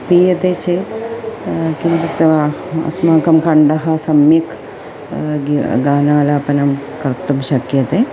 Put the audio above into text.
पीयते चेत् किञ्चित् अस्माकं कण्ठः सम्यक् गानालापनं कर्तुं शक्यते